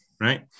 right